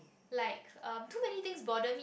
like um too many things bother me